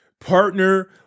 Partner